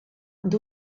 ond